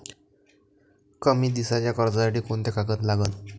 कमी दिसाच्या कर्जासाठी कोंते कागद लागन?